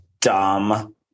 dumb